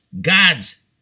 God's